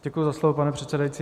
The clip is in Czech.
Děkuji za slovo, pane předsedající.